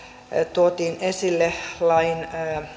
tuotiin esille lain